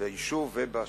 ביישוב ובשכונה.